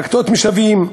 להקצות משאבים,